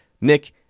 Nick